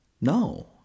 No